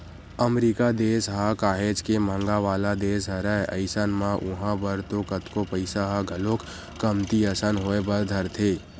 अमरीका देस ह काहेच के महंगा वाला देस हरय अइसन म उहाँ बर तो कतको पइसा ह घलोक कमती असन होय बर धरथे